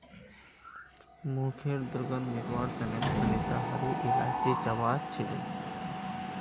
मुँहखैर दुर्गंध मिटवार तने सुनीता हरी इलायची चबा छीले